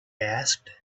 asked